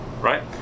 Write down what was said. Right